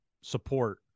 support